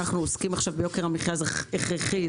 להתעסק ביוקר המחייה,